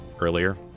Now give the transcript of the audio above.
earlier